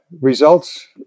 results